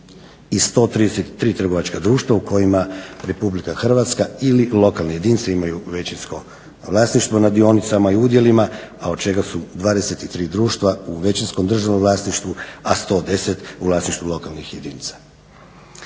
i 133 trgovačka društva u kojima RH ili lokalne jedinice imaju većinsko vlasništvo nad dionicama i udjelima, a od čega su 23 društva u većinskom državnom vlasništvu, a 110 u vlasništvu lokalnih jedinica.